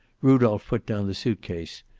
rudolph put down the suitcase,